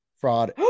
fraud